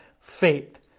faith